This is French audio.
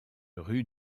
rue